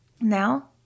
Now